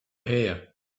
here